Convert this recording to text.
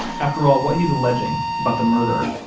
after all, what he's alleging about the murder,